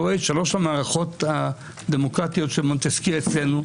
שלושת המערכות הדמוקרטיות של מונטסקייה אצלנו: